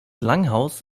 langhaus